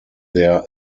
their